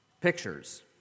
pictures